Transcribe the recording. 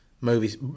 movies